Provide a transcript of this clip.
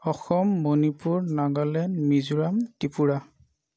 Assam Manipur Nagaland Mizoram Tripura